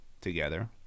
together